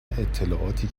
اطلاعاتی